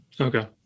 okay